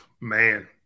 man